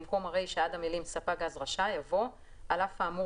במקום הרישה עד המילים "ספק גז רשאי" יבוא "על אף האמור